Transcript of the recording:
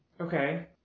Okay